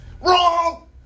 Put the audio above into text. Wrong